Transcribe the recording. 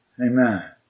Amen